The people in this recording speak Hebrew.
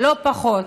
לא פחות,